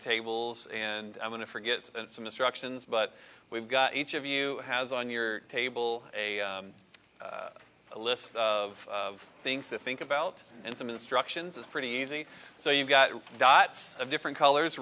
tables and i'm going to forget some instructions but we've got each of you has on your table a a list of things to think about and some instructions is pretty easy so you've got dots of different colors